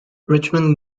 richmond